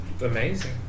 amazing